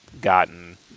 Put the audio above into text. gotten